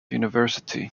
university